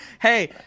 Hey